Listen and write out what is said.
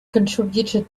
contributed